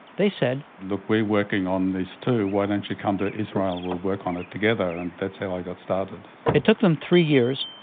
they said look, we're working on this too, why don't you come to israel, we'll work on it together? and that's how i got started it took them three years,